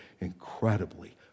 incredibly